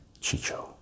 Chicho